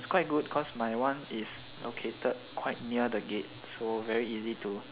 it's quite good cause my one is located quite near the gate so very easy to